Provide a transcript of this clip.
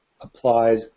applies